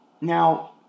Now